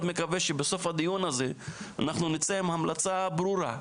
מקווה שבסוף הדיון הזה אנחנו נצא עם המלצה ברורה,